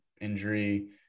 injury